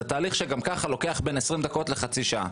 זה תהליך שגם ככה לוקח בין 20 דקות לחצי שעה,